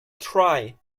try